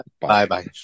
Bye-bye